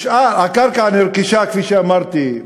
הקרקע נרכשה, כפי שאמרתי,